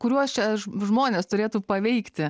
kuriuos čia žmones turėtų paveikti